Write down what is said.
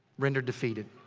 rendered defeated.